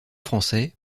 français